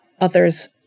others